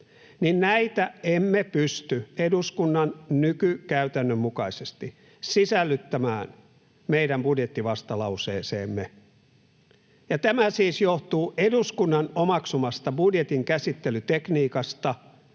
niin näitä emme pysty eduskunnan nykykäytännön mukaisesti sisällyttämään meidän budjettivastalauseeseemme. Ja tämä siis johtuu eduskunnan omaksumasta budjetin käsittelytekniikasta